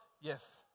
Yes